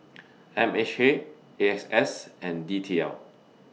M H A A X S and D T L